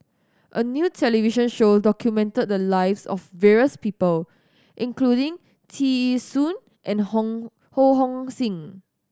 a new television show documented the lives of various people including Tear Ee Soon and Hong Ho Hong Sing